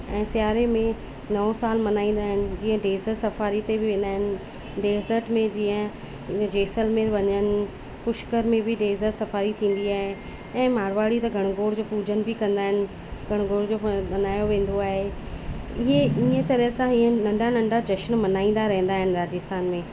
ऐं सियारे में नओं सालु मल्हाईंदा आहिनि जीअं डेज़र्ट सफ़ारी ते बि वेंदा आहिनि डेज़र्ट में जीअं जैसलमेर वञनि पुष्कर में बि डेज़र्ट सफ़ारी थींदी आहे ऐं मारवाड़ी त गणगौर जी पूॼनि बि कंदा आहिनि गणगौर जो मल्हायो वेंदो आहे इअं इअं तरह सां हीअं नंढा नंढा जश्न मल्हाईंदा रहंदा आहिनि राजस्थान में